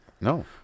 No